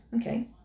okay